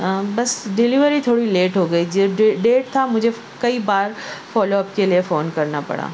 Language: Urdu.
بس ڈلیوری تھوڑی لیٹ ہوگئی جو جو ڈیٹ تھا مجھے کئی بار فالو اپ کے لیے فون کرنا پڑا